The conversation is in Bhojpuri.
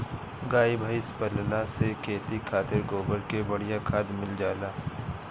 गाई भइस पलला से खेती खातिर गोबर के बढ़िया खाद मिल जाला